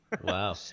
Wow